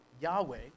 Yahweh